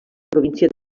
província